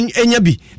enyabi